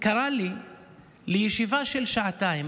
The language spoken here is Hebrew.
קרא לי לישיבה של שעתיים,